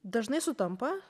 dažnai sutampa